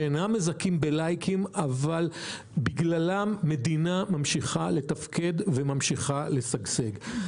שאינם מזכים ב"לייקים" אבל בגללם המדינה ממשיכה לתפקד וממשיכה לשגשג.